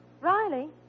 Riley